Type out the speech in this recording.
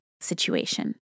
situation